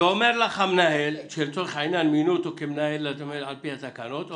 אומר לך המנהל שלצורך העניין מינו אותו כמנהל על פי התקנות,